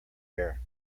air